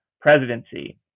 presidency